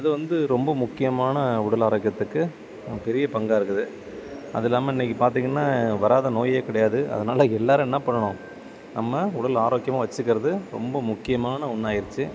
அது வந்து ரொம்ப முக்கியமான உடல் ஆரோக்கியத்துக்கு பெரிய பங்காக இருக்குது அது இல்லாமல் இன்றைக்கி பார்த்திங்கன்னா வராத நோயே கிடையாது அதனால எல்லோரும் என்ன பண்ணணும் நம்ம உடல் ஆரோக்கியமாக வச்சிக்கறது ரொம்ப முக்கியமான ஒன்னா ஆகிருச்சி